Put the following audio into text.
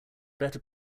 better